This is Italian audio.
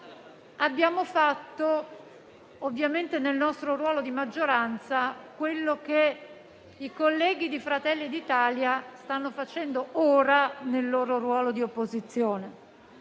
abbiamo fatto, ovviamente nel nostro ruolo di maggioranza, quello che i colleghi di Fratelli d'Italia stanno facendo ora nel loro ruolo di opposizione.